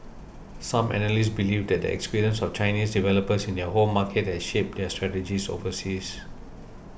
some analysts believe that the experience of Chinese developers in their home market has shaped their strategies overseas